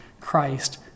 Christ